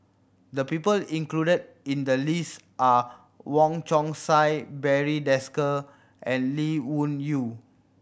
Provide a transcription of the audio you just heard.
the people included in the list are Wong Chong Sai Barry Desker and Lee Wung Yew